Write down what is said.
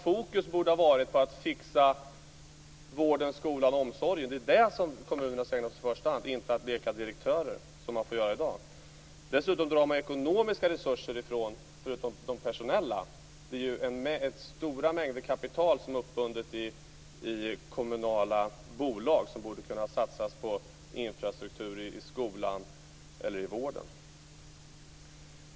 Fokus borde ha varit på att fixa vården, skolan och omsorgen. Det är det som kommunerna skall ägna sig åt i första hand, och inte åt att leka direktörer som man gör i dag. Förutom de personella resurserna drar man dessutom ekonomiska resurser från dessa områden. Det är stora kapital som är uppbundna i kommunala bolag som i stället borde kunnas satsas på infrastruktur i skolan eller vården.